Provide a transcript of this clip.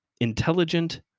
intelligent